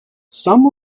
some